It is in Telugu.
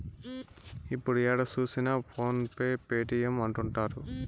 ఇప్పుడు ఏడ చూసినా ఫోన్ పే పేటీఎం అంటుంటారు